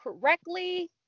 correctly